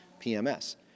PMS